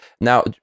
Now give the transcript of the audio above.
Now